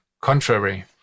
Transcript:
contrary